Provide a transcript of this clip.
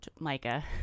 Micah